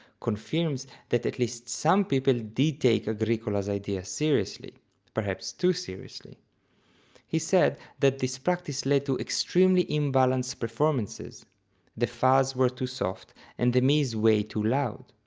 confirms that at least some people did take agricola's idea seriously perhaps too seriously he said that this practice led to extremely imbalanced performances the fas were too soft and the mis way too loud.